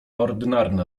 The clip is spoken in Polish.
ordynarny